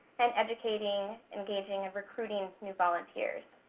and educating, engaging, and recruiting new volunteers.